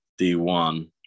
D1